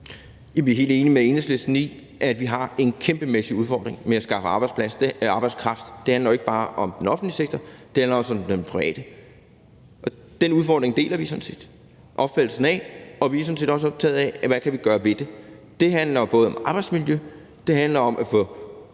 Vi er helt enige med Enhedslisten i, at vi har en kæmpemæssig udfordring med at skaffe arbejdskraft. Det handler jo ikke bare om den offentlige sektor, det handler også om den private. Den udfordring deler vi sådan set opfattelsen af, og vi er sådan set også optagede af, hvad vi kan gøre ved det. Det handler om arbejdsmiljø, det handler om at